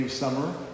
summer